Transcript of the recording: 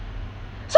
so